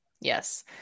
Yes